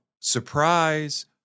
Surprise